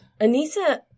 Anissa